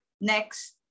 next